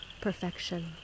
perfection